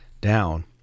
down